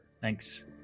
Thanks